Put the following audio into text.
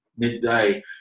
midday